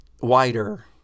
wider